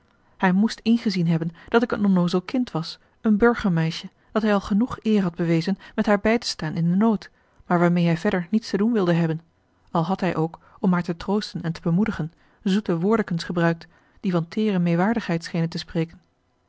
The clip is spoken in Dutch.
hij moest ingezien hebben dat ik een onnoozel kind was een burgermeisje dat hij al genoeg eer had bewezen met haar bij te staan in den nood maar waarmeê hij verder niets te doen wilde hebben al had hij ook om haar te troosten en te bemoedigen zoete woordekens gebruikt die van teêre meêwaardigheid schenen te spreken